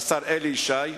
השר אלי ישי,